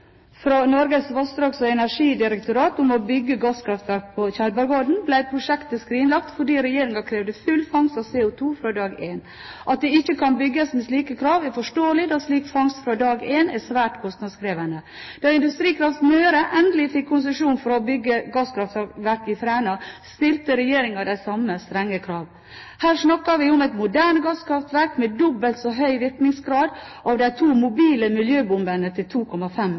fra Norges vassdrags- og energidirektorat om å bygge gasskraftverk på Tjeldbergodden, ble prosjektet skrinlagt fordi regjeringen krevde full fangst av CO2 fra dag én. At det ikke kan bygges med slike krav, er forståelig, da slik fangst fra dag én er svært kostnadskrevende. Da Industrikraft Møre endelig fikk konsesjon for å bygge gasskraftverk i Fræna, stilte regjeringen de samme strenge krav. Her snakker vi om et moderne gasskraftverk med dobbelt så høy virkningsgrad som de to mobile miljøbombene til 2,5